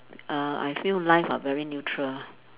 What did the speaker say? uh I feel life are very neutral lah